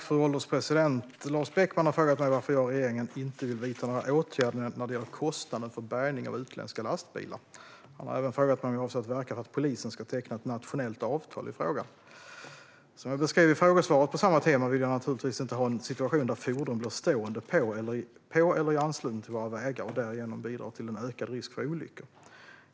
Fru ålderspresident! har frågat mig varför jag och regeringen inte vill vidta några åtgärder när det gäller kostnaden för bärgning av utländska lastbilar. Han har även frågat mig om jag avser att verka för att polisen ska teckna ett nationellt avtal i frågan. Som jag beskrev i frågesvaret på samma tema vill jag naturligtvis inte ha en situation där fordon blir stående på eller i anslutning till våra vägar och därigenom bidrar till en ökad risk för olyckor.